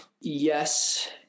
yes